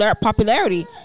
popularity